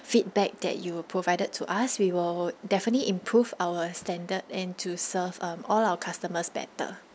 feedback that you've provided to us we will definitely improve our standard and to serve um all our customers better